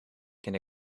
can